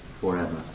forever